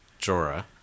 Jorah